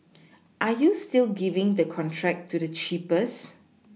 are you still giving the contract to the cheapest